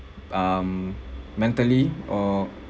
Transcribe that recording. um mentally or